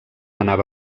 anava